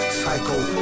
Psycho